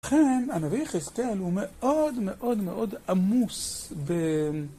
לכן, הנביא יחזקאל הוא מאוד מאוד מאוד עמוס ב...